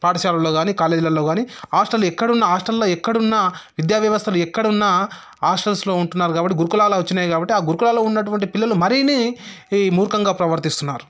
పాఠశాలల్లో కానీ కాలేజీలలో కానీ హాస్టల్ ఎక్కడున్నా హాస్టల్లో ఎక్కడున్నా విద్యా వ్యవస్థలు ఎక్కడున్నా హాస్టల్స్లో ఉంటున్నారు కాబట్టి గురుకులాలు వచ్చినాయి కాబట్టి ఆ గురుకులాలలో ఉన్నటువంటి పిల్లలు మరిన్ని ఈ మూర్ఖంగా ప్రవర్తిస్తున్నారు